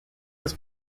was